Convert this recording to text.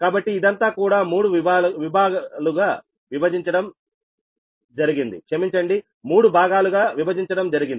కాబట్టి ఇదంతా కూడా మూడు భాగాలుగా విభజించడం జరిగింది